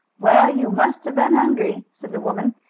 well, you must a been hungry, said the woman.